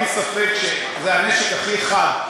אין ספק שזה הנשק הכי חד.